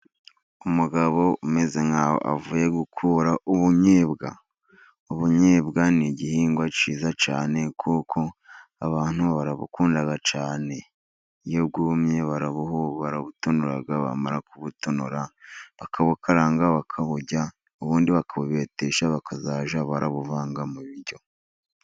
Umugabo umeze nkaho avuye gukura ubunnyebwa. Ubunnyebwa ni igihingwa cyiza cyane kuko abantu barabukunda cyane iyo bwumye barabutonora bamara kubutonora bakabukaranga bakabujya ubundi bakabubetesha bakazajya babuvanga mu biryo.